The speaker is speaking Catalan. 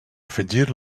afegir